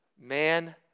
Man